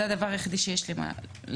זה הדבר היחידי שיש לי להגיד.